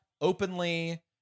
openly